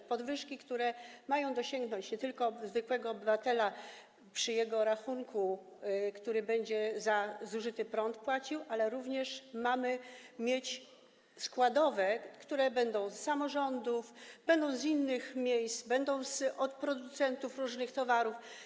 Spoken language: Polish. To podwyżki, które mają dosięgnąć nie tylko zwykłego obywatela przy jego rachunku, który będzie za zużyty prąd płacił, ale również mamy mieć składowe, które będą niejako z samorządów, będą z innych miejsc, będą od producentów różnych towarów.